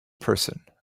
person